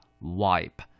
Wipe